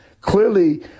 clearly